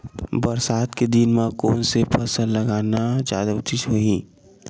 बरसात के दिन म कोन से फसल लगाना जादा उचित होही?